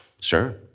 Sure